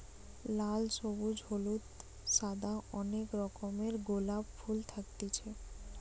লাল, সবুজ, হলুদ, সাদা অনেক রকমের গোলাপ ফুল থাকতিছে